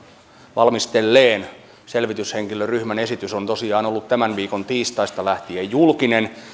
valmistelleen selvityshenkilöryhmän esitys on tosiaan ollut tämän viikon tiistaista lähtien julkinen